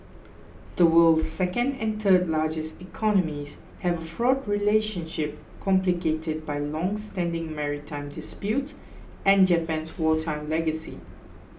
the world's second and third largest economies have a fraught relationship complicated by longstanding maritime disputes and Japan's wartime legacy